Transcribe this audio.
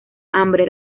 hambre